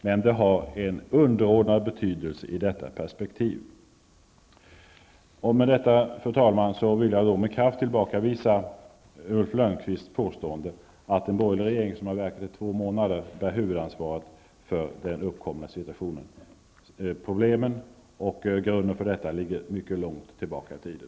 Men det har en underordnad betydelse i det här perspektivet. Med detta, fru talman, vill jag med kraft tillbakavisa Ulf Lönnqvists påstående att den borgerliga regering som har verkat i två månader bär huvudansvaret för den uppkomna situationen. Grunden till problemen ligger mycket långt tillbaka i tiden.